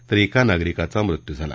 तर एका नागरिकाचा मृत्यू झाला